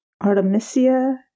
Artemisia